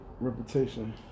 reputation